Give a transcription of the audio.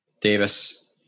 Davis